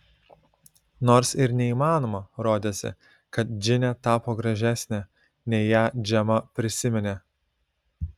nors ir neįmanoma rodėsi kad džinė tapo gražesnė nei ją džema prisiminė